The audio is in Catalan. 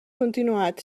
continuat